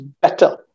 better